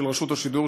של רשות השידור,